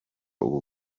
ubu